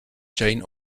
jane